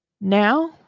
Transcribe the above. Now